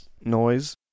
noise